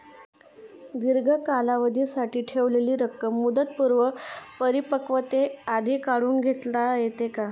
दीर्घ कालावधीसाठी ठेवलेली रक्कम मुदतपूर्व परिपक्वतेआधी काढून घेता येते का?